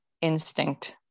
instinct